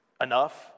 enough